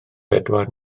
bedwar